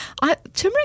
turmeric